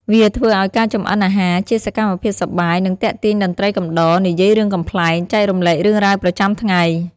វាធ្វើឱ្យការចម្អិនអាហារជាសកម្មភាពសប្បាយ និងទាក់ទាញតន្ត្រីកំដរ និយាយរឿងកំប្លែង ចែករំលែករឿងរ៉ាវប្រចាំថ្ងៃ។